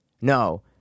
No